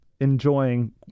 enjoying